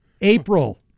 April